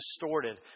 distorted